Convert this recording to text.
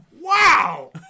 Wow